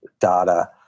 data